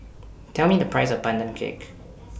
Tell Me The Price of Pandan Cake